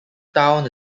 town